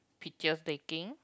picture taking